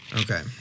okay